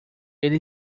ele